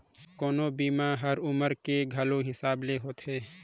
कोनो बीमा हर उमर के घलो हिसाब ले होथे